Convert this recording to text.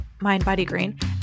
mindbodygreen